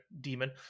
demon